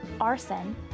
arson